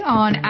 on